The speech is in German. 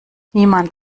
niemand